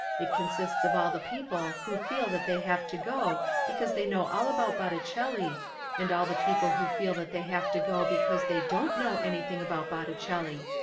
it consists of all the people who feel that they have to go because they know all about botticelli and all the people who feel that they have to go because they don't know anything about botticelli.